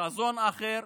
חזון אחר,